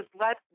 let